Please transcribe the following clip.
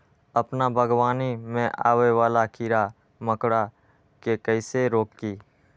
अपना बागवानी में आबे वाला किरा मकोरा के कईसे रोकी?